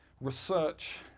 research